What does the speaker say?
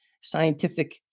scientific